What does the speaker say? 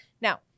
Now